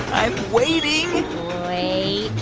i'm waiting wait